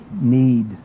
need